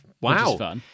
Wow